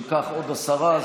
אם כך עוד עשרה.